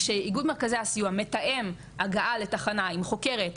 כשאיגוד מרכזי הסיוע מתאם הגעה לתחנה עם חוקרת ומומחית,